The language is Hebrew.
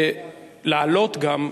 לעלות גם.